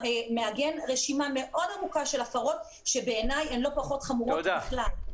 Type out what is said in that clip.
מעגן רשימה מאוד ארוכה של הפרות שבעיניי הן לא פחות חמורות בכלל.